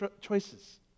choices